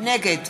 נגד